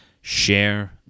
Share